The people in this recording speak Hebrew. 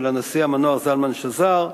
של הנשיא המנוח זלמן שזר,